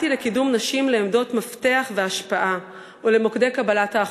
לצד העשייה המקצועית בחרתי בדרך של מעורבות קהילתית בשני